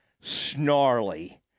snarly